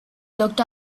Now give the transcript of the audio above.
looked